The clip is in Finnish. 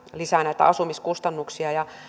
lisää näitä asumiskustannuksia